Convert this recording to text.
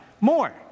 More